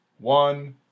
one